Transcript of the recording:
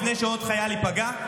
לפני שעוד חייל ייפגע,